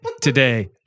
Today